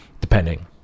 depending